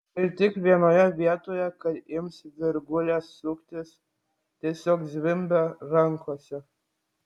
ir tik vienoje vietoje kad ims virgulės suktis tiesiog zvimbia rankose